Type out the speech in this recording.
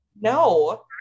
no